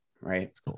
Right